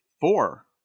four